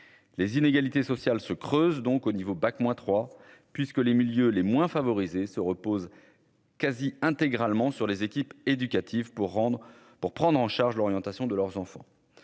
les inégalités sociales se creusent donc au niveau bac moins trois puisque les milieux les moins favorisés se repose quasi intégralement sur les équipes éducatives pour rendre pour prendre en charge l'orientation de leurs enfants,